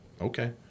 okay